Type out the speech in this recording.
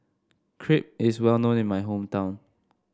crepe is well known in my hometown